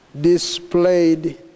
displayed